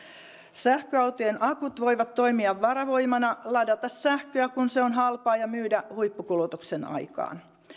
sähköautojen akut voivat toimia varavoimana voi ladata sähköä kun se on halpaa ja myydä huippukulutuksen aikaan